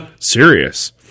Serious